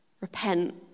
repent